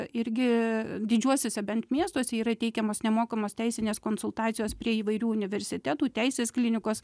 irgi didžiuosiuose bent miestuose yra teikiamos nemokamos teisinės konsultacijos prie įvairių universitetų teisės klinikos